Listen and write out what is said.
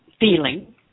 Feeling